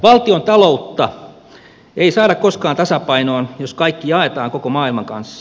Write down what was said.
valtiontaloutta ei saada koskaan tasapainoon jos kaikki jaetaan koko maailman kanssa